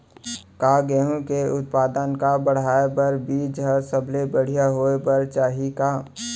का गेहूँ के उत्पादन का बढ़ाये बर बीज ह सबले बढ़िया होय बर चाही का?